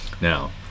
Now